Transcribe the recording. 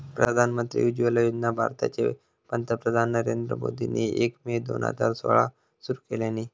प्रधानमंत्री उज्ज्वला योजना भारताचे पंतप्रधान नरेंद्र मोदींनी एक मे दोन हजार सोळाक सुरू केल्यानी